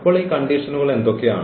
അപ്പോൾ ഈ കണ്ടീഷൻകൾ എന്തൊക്കെയാണ്